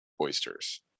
oysters